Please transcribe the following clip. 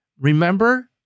remember